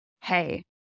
hey